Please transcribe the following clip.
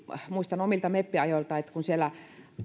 muistan omilta meppiajoiltani esimerkiksi että kun siellä